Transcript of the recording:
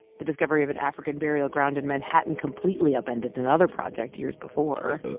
the discovery of an african burial ground in manhattan completely upended another project years before.